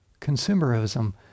consumerism